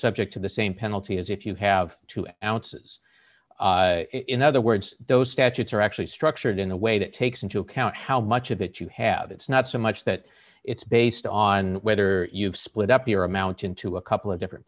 subject to the same penalty as if you have two ounces in other words those statutes are actually structured in a way that takes into account how much of that you have it's not so much that it's based on whether you've split up your amount into a couple of different